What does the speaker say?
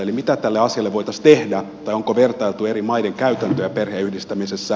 eli mitä tälle asialle voitaisiin tehdä tai onko vertailtu eri maiden käytäntöjä perheenyhdistämisessä